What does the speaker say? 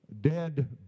dead